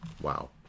Wow